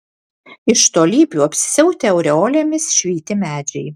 iš tolybių apsisiautę aureolėmis švyti medžiai